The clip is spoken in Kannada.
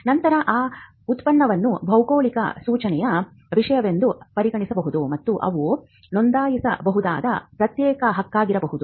ನಂತರ ಆ ಉತ್ಪನ್ನವನ್ನು ಭೌಗೋಳಿಕ ಸೂಚನೆಯ ವಿಷಯವೆಂದು ಪರಿಗಣಿಸಬಹುದು ಮತ್ತು ಅವು ನೋಂದಾಯಿಸಬಹುದಾದ ಪ್ರತ್ಯೇಕ ಹಕ್ಕಾಗಿರಬಹುದು